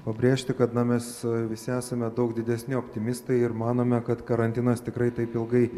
pabrėžti kad na mes visi esame daug didesni optimistai ir manome kad karantinas tikrai taip ilgai